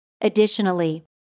Additionally